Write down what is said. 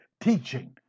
teaching